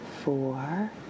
Four